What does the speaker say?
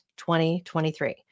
2023